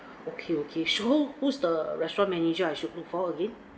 okay okay so who's the restaurant manager I should refer again